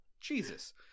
Jesus